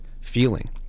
feeling